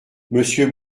monsieur